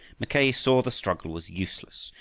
mackay saw the struggle was useless.